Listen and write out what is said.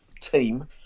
team